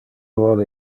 vole